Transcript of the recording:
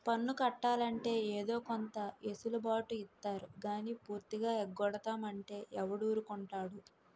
పన్ను కట్టాలంటే ఏదో కొంత ఎసులు బాటు ఇత్తారు గానీ పూర్తిగా ఎగ్గొడతాం అంటే ఎవడూరుకుంటాడు